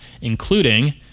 including